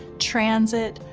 transit,